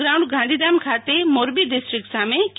ground Gandhidham ખાતે Morbi district સામે કે